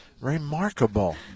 remarkable